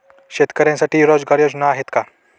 शेतकऱ्यांसाठी रोजगार योजना आहेत का?